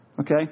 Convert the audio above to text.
Okay